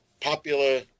popular